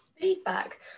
Feedback